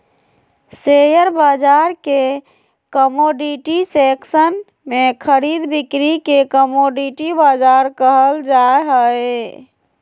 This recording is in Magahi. शेयर बाजार के कमोडिटी सेक्सन में खरीद बिक्री के कमोडिटी बाजार कहल जा हइ